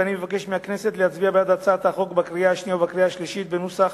ואני מבקש מהכנסת להצביע בעדה בקריאה השנייה ובקריאה השלישית בנוסח